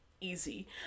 easy